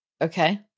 Okay